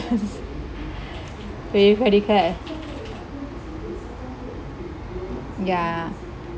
with credit card ya